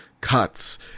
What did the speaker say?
cuts